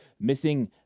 missing